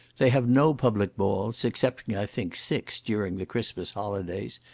they have no public balls, excepting, i think, six, during the christmas holidays.